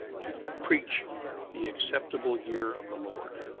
to preach the acceptable year of the lord.